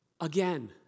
again